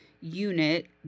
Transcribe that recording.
unit